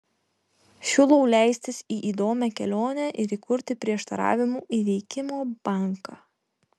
siūlau leistis į įdomią kelionę ir įkurti prieštaravimų įveikimo banką